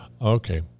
Okay